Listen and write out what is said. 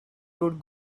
could